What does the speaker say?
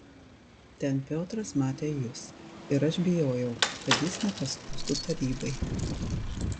ten piotras matė jus ir aš bijojau kad jis nepaskųstų tarybai